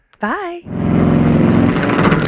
bye